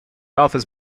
office